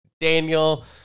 Daniel